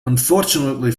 unfortunately